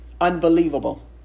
unbelievable